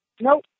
nope